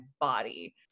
body